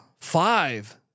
Five